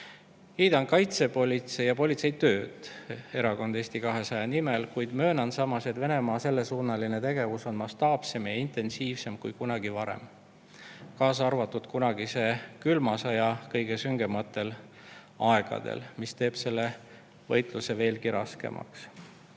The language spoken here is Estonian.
Kiidan kaitsepolitsei ja politsei tööd Erakond Eesti 200 nimel, kuid möönan samas, et Venemaa sellesuunaline tegevus on mastaapsem ja intensiivsem kui kunagi varem, kaasa arvatud kunagise külma sõja kõige süngematel aegadel, mis teeb selle võitluse veelgi raskemaks.